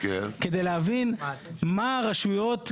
כדי להבין מה הרשויות,